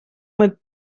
mal